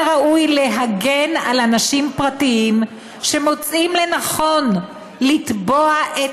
מן הראוי להגן על אנשים פרטיים שמוצאים לנכון לתבוע את